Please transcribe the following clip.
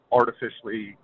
artificially